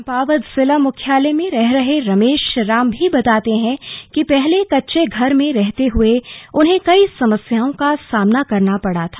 चंपावत जिला मुख्यालय में रह रहे रमेश राम भी बताते हैं कि पहले कच्चे घर में रहते हुए उन्हें कई समस्याओं का सामना करना पड़ा था